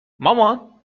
مامان